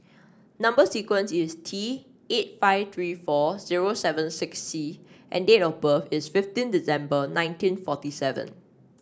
number sequence is T eight five three four zero seven six C and date of birth is fifteen December nineteen forty seven